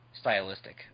stylistic